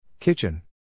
Kitchen